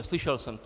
Slyšel jsem to.